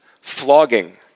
flogging